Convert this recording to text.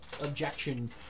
objection